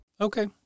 Okay